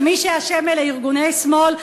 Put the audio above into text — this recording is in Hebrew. שמי שאשם אלה ארגוני שמאל.